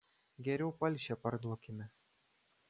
geriau palšę parduokime